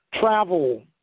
travel